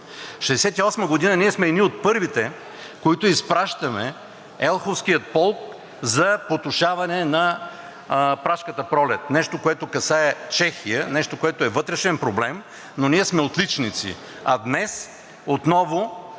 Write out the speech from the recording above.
1968 г. ние сме едни от първите, които изпращаме Елховския полк за потушаване на Пражката пролет – нещо, което касае Чехия, нещо, което е вътрешен проблем, но ние сме отличници. А днес отново